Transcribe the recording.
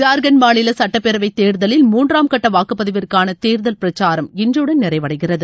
ஜார்கண்ட் மாநில சட்டப்பேரவை தேர்தலில் மூன்றாம் கட்ட வாக்குப்பதிவிற்கான தேர்தல் பிரச்சாரம் இன்றுடன் நிறைவடைகிறது